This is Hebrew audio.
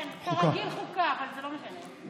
כרגיל, החוקה, אבל זה לא משנה.